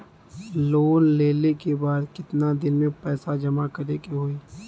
Loan लेले के बाद कितना दिन में पैसा जमा करे के होई?